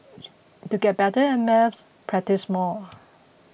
to get better at maths practise more